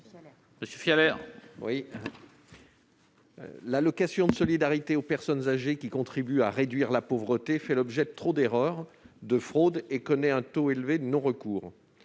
L'allocation de solidarité aux personnes âgées (ASPA), qui contribue à réduire la pauvreté, fait l'objet de trop d'erreurs, de fraudes et connaît un taux élevé de non-recours.